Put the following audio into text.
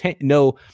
no